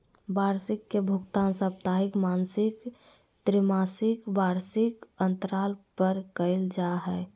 वार्षिकी के भुगतान साप्ताहिक, मासिक, त्रिमासिक, वार्षिक अन्तराल पर कइल जा हइ